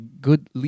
good